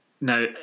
Now